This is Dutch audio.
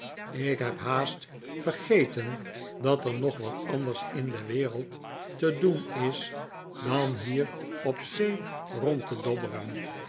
ik heb haast vergeten dat er nog wat anders in de wereld te doen is dan hier op zee rond te dobberen